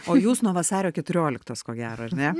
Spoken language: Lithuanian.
o jūs nuo vasario keturioliktos ko gero ar ne